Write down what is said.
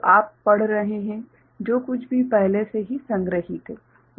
तो आप पढ़ रहे हैं जो कुछ भी पहले से ही संग्रहीत है